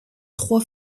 trois